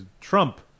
Trump